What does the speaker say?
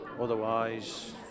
otherwise